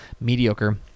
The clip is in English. Mediocre